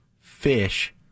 Fish